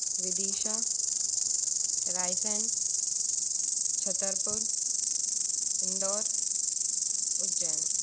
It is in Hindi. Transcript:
विदिशा रायसेन छतरपुर इंदौर उज्जैन